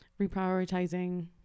reprioritizing